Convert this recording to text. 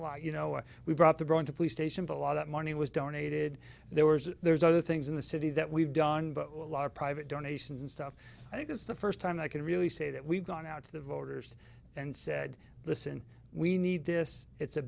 lot you know we brought the brawn to police station but a lot of money was donated there were there's other things in the city that we've done but a lot of private donations and stuff i think is the first and i can really say that we've gone out to the voters and said listen we need this it's a